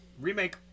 remake